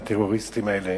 הטרוריסטים האלה,